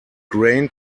grain